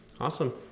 Awesome